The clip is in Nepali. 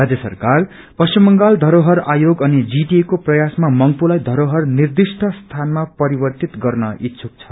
राज्य सरकार पश्चिम बंगाल धरोहर आयोग अनि जीटीएको प्रयासमा मंग्पूलाई धरोहर निर्दिष्ट स्थानमा परिवर्तित गर्न इच्छुक छ